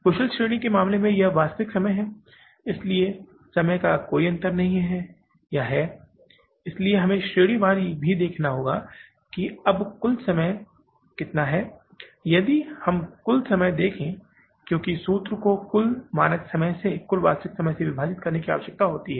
कुशल श्रेणी के मामले में यह वास्तविक समय है इसलिए समय में कोई अंतर है या नहीं इसलिए हमें श्रेणीवार भी देखना होगा और हमें अब कुल समय भी देखना होगा यदि हम कुल समय देखें क्योंकि सूत्र को कुल मानक समय से कुल वास्तविक समय से विभाजित करने की आवश्यकता होती है